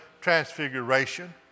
transfiguration